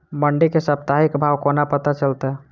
मंडी केँ साप्ताहिक भाव कोना पत्ता चलतै?